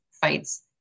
fights